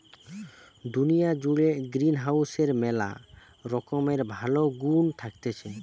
দুনিয়া জুড়ে গ্রিনহাউসের ম্যালা রকমের ভালো গুন্ থাকতিছে